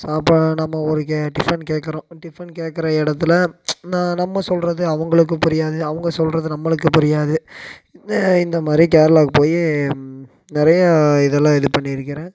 சாப்பா நம்ம ஒரு கே டிஃபன் கேட்குறோம் டிஃபன் கேட்குற இடத்துல நா நம்ம சொல்கிறது அவங்களுக்கு புரியாது அவங்க சொல்கிறது நம்மளுக்கு புரியாது இந்த இந்தமாதிரி கேரளாவுக்கு போய் நிறையா இதெல்லாம் இது பண்ணிருக்கிறேன்